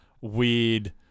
weird